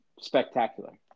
spectacular